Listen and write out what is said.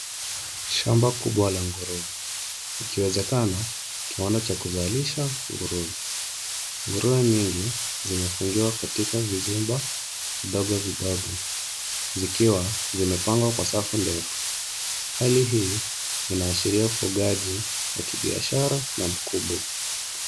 Shamba kubwa la nguruwe, ikiwezekana, kiwanda cha kuzalisha nguruwe. Nguruwe nyingi zimefungiwa katika vizimba vidogo vidogo, zikiwa zimepangwa kwa safu ndefu. Hali hii inaashiria ufugaji wa kibiashara na mkubwa.